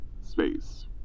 space